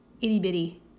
itty-bitty